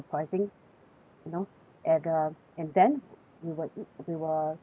you know and um and then w~ we will e~ we will